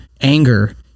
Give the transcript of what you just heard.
anger